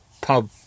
pub